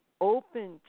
open